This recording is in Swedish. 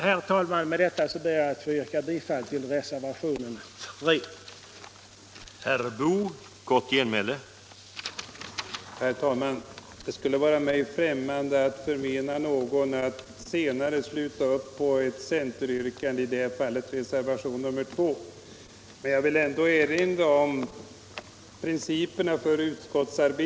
Herr talman! Med det anförda ber jag att få yrka bifall till reservationen 3